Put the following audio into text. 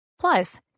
Plus